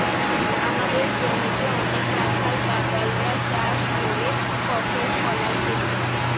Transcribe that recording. আমদের জমিতে অনেক রাখাল বাগাল রা চাষ করে ফসল ফোলাইতেছে